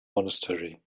monastery